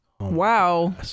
Wow